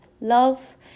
love